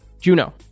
Juno